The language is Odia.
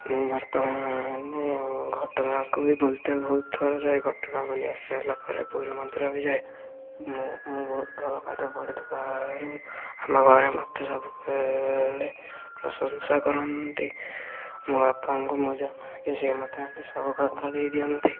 ମୁଁ ବର୍ତ୍ତମାନେ ଘଟଗାଁକୁ ବି ବୁଲିତେ ବହୁତ ଥର ଯାଏ ଘଟଗାଁ ବୁଲି ଆସି ସରିଲା ପରେ ପୁରୀ ମନ୍ଦିର ବି ଯାଏ ମୁଁ ମୁଁ ବହୁତ ଭଲ ପାଠ ପଢ଼ୁଥିବାରୁ ଆମ ଘରେ ମୋତେ ସବୁବେଳେ ପ୍ରଶଂସା କରନ୍ତି ମୋ ବାପାଙ୍କୁ ମୁଁ ଯାହା ମାଗେ ସେ ମୋତେ ଆଣିକି ସବୁ କଥା ଦେଇଦିଅନ୍ତି